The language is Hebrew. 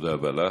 תודה רבה לך.